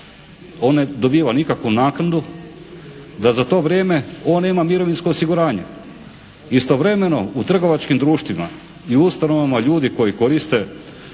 on ne dobiva nikakvu naknadu, da za to vrijeme on nema mirovinsko osiguranje. Istovremeno u trgovačkim društvima i ustanovama ljudi koji koriste